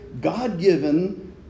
God-given